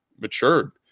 matured